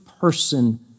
person